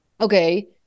okay